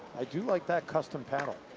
i do like that custom paddle.